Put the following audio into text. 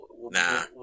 Nah